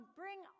bring